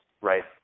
right